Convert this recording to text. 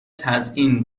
تزیین